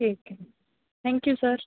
ठीकं आहे thank you sir